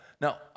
Now